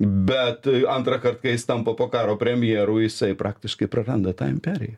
bet antrąkart kai jis tampa po karo premjeru jisai praktiškai praranda tą imperiją